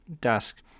desk